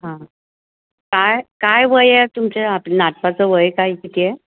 हां काय काय वय आहे तुमच्या आपलं नातवाचं वय काय किती आहे